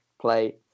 play